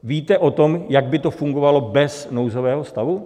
Víte o tom, jak by to fungovalo bez nouzového stavu?